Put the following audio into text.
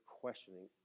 questioning